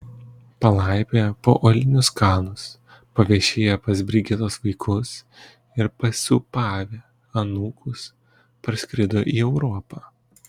palaipioję po uolinius kalnus paviešėję pas brigitos vaikus ir pasūpavę anūkus parskrido į europą